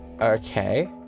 Okay